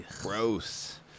gross